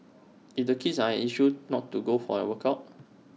if the kids are an issue not to go for A workout